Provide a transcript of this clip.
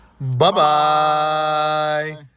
Bye-bye